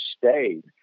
stayed